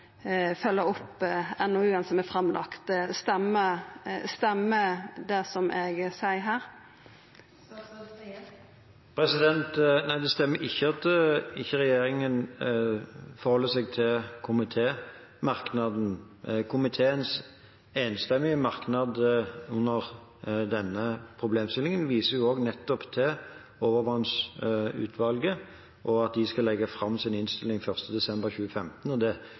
opp NOU-en som er lagd fram. Stemmer det som eg seier her? Nei, det stemmer ikke at regjeringen ikke forholder seg til komitémerknaden. Komiteens enstemmige merknad under denne problemstillingen viser jo også til Overvannsutvalget, og at de skulle legge fram sin innstilling 1. desember 2015.